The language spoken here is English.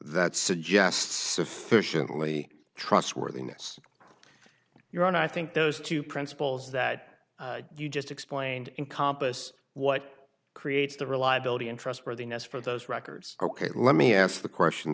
that suggests sufficiently trustworthiness your own i think those two principles that you just explained in compas what creates the reliability and trustworthiness for those records ok let me ask the question